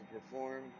perform